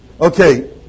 Okay